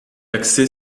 axé